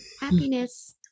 Happiness